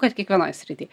kad kiekvienoj srity